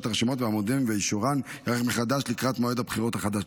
הרשימות והמועמדים ואישורן ייערך מחדש לקראת מועד הבחירות החדש.